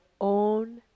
own